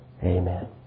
Amen